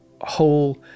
whole